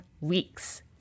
weeks